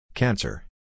Cancer